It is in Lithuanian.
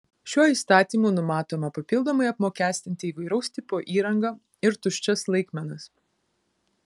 šiuo įstatymu numatoma papildomai apmokestinti įvairaus tipo įrangą ir tuščias laikmenas